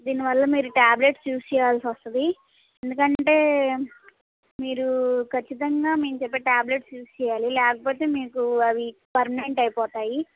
దీనివల్ల మీరు tablets use చేయాల్సి వస్తుంది ఎందుకంటే మీరు ఖచ్చితంగా మేము చెప్పే టాబ్లెట్స్ యూస్ చేయాలి లేకపోతే మీకు అవి పర్మనెంట్ అయిపోతాయి